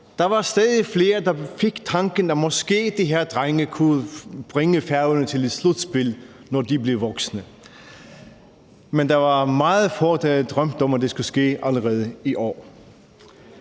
der var stadig flere, der fik tanken om, at måske kunne de her drenge bringe Færøerne til et slutspil, når de blev voksne. Men der var meget få, der havde drømt om, at det skulle ske allerede i år.